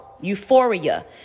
euphoria